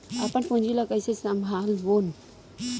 अपन पूंजी ला कइसे संभालबोन?